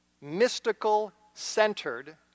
mystical-centered